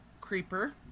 Creeper